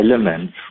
elements